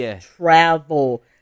travel